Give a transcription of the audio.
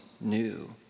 new